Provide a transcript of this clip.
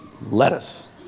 lettuce